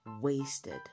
wasted